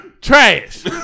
Trash